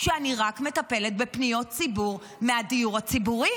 אני רק מטפלת בפניות ציבור מהדיור הציבורי.